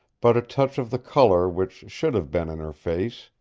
but a touch of the color which should have been in her face,